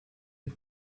did